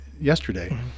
yesterday